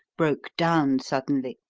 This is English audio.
broke down suddenly,